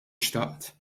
xtaqt